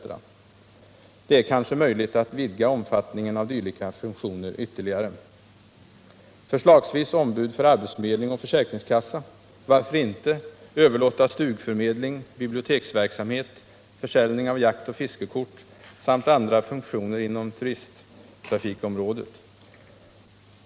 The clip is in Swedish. Det är kanske omöjligt att vidga omfattningen av dylika funktioner ytterligare. Förslagsvis kan butikerna vara ombud för arbetsförmedling och försäkringskassa. Varför inte på dessa överlåta stugförmedling, biblioteksverksamhet, försäljning av jaktoch fiskekort samt andra funktioner inom turisttrafikområdet?